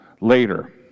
later